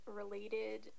related